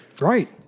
right